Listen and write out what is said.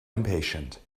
impatient